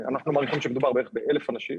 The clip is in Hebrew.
מדובר בערך ב-1,000 אנשים,